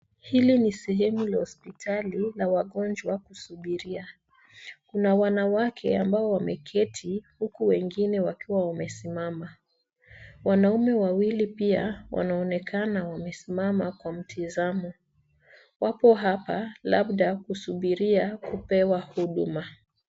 Hili ni sehemu ya hospitali la wagonjwa kusubiria. Kuna wanawake ambao wameketi huku wengine wakiwa wamesimama. Wanaume wawili pia wanaonekana wamesimama kwa mtizamo, wapo hapa labda kusubiria kupewa huduma.